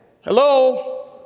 Hello